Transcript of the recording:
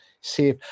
see